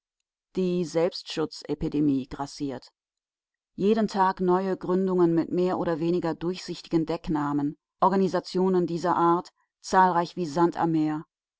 die selbstschutzepidemie grassiert jeden tag neue gründungen mit mehr oder weniger durchsichtigen decknamen organisationen dieser art zahlreich wie sand am meer